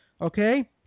Okay